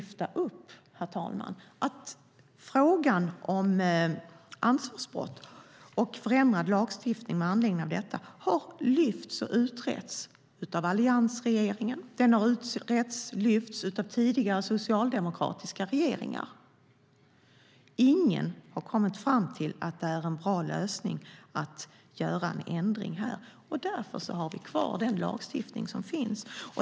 Frågan om ansvarsbrott och förändrad lagstiftning med anledning av detta har utretts av Alliansen och av tidigare socialdemokratiska regeringar. Ingen har kommit fram till att det är en bra lösning att göra en ändring här. Därför har vi kvar den lagstiftning som finns.